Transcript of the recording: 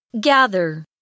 Gather